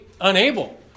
unable